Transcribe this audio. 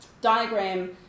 diagram